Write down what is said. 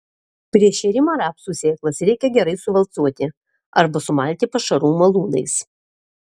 prieš šėrimą rapsų sėklas reikia gerai suvalcuoti arba sumalti pašarų malūnais